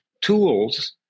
tools